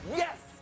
yes